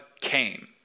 came